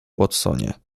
watsonie